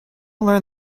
learn